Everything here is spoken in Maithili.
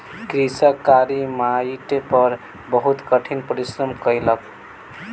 कृषक कारी माइट पर बहुत कठिन परिश्रम कयलक